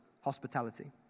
hospitality